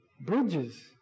Bridges